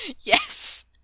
Yes